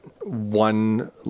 one